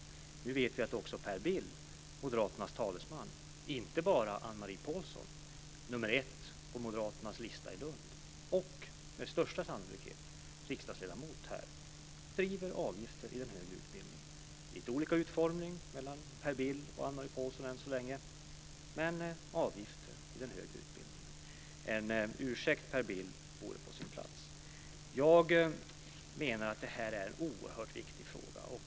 Nu vet vi att också Per Bill, moderaternas talesman, och inte bara Anne-Marie Pålsson nummer ett på moderaternas lista i Lund och med största sannolikhet blivande riksdagsledamot, driver frågan om avgifter i den högre utbildningen. Det är lite olika utformning på Per Bills och Anne-Marie Pålssons förslag än så länge, men de vill ha avgifter i den högre utbildningen. En ursäkt vore på sin plats, Per Bill. Jag menar att detta är en oerhört viktig fråga.